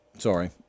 Sorry